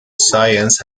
science